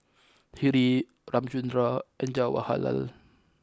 Hri Ramchundra and Jawaharlal